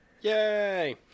yay